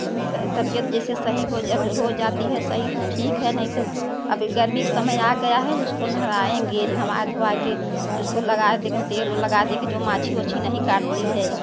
उसको तबियत जैसे सही हो हो जाती है सही तो ठीक है नहीं तो अबे गर्मी का समय आ गया है उसको नहवाएंगे नहवा धोवा कर उसको लगा देंगे तेल ओल लगा देंगे जो माछी ओछी नहीं काटती है